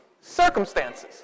circumstances